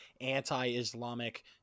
anti-Islamic